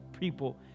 people